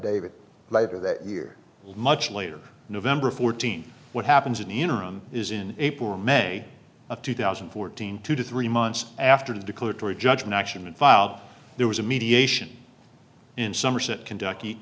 year much later november fourteenth what happens in the interim is in april or may of two thousand and fourteen two to three months after the declaratory judgment action and filed there was a mediation in somerset kentucky